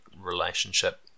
relationship